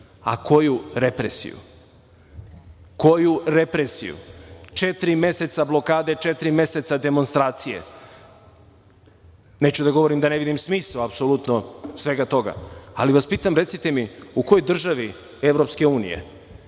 A koju represiju? Koju represiju? Četiri meseca blokade, četiri meseca demonstracije. Neću da govorim da ne vidim smisao apsolutno svega toga. Ali vas pitam, recite mi, u kojoj državi Evropske unije